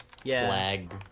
flag